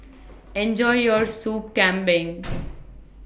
Enjoy your Soup Kambing